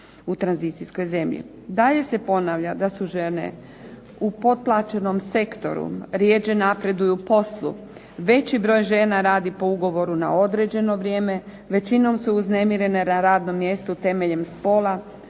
u tranzicijskoj zemlji. Dalje se ponavlja da su žene u potlačenom sektoru, rjeđe napreduju u poslu, veći broj žena radi po ugovoru na određeno vrijeme, većinom su uznemirene na radnom mjestu temeljem spola,